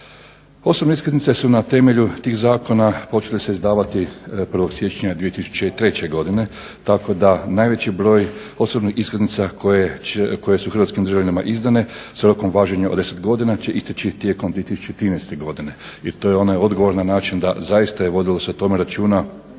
Osobne iskaznice su na temelju tih zakona počele se izdavati 1. siječnja 2003. godine, tako da najveći broj osobnih iskaznica koje su hrvatskim državljanima izdane s rokom važenja od 10 godina će isteći tijekom 2013. godine, jer to je onaj odgovor na način da zaista se vodilo o tome računa